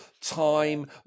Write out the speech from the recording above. time